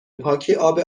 پاکی، اب